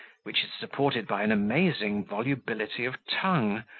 which is supported by an amazing volubility of tongue,